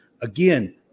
Again